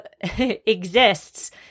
exists